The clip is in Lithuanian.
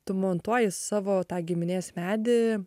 tu montuoji savo tą giminės medį